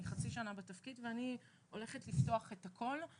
אני חצי שנה בתפקיד ואני הולכת לפתוח את הכול.